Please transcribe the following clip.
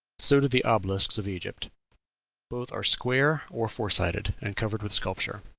so do the obelisks of egypt both are square or four-sided, and covered with sculpture.